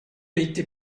été